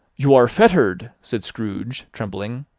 you are fettered, said scrooge, trembling.